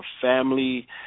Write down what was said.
family